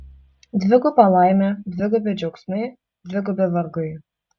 dviguba laimė dvigubi džiaugsmai dvigubi vargai